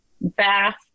Bath